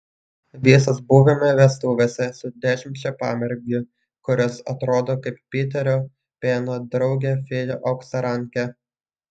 visos buvome vestuvėse su dešimčia pamergių kurios atrodo kaip piterio peno draugė fėja auksarankė